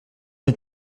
une